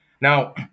Now